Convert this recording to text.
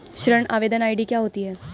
ऋण आवेदन आई.डी क्या होती है?